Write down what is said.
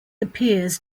appears